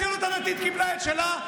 הציונות הדתית קיבלה את שלה,